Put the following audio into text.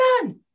done